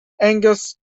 angus